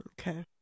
Okay